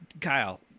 Kyle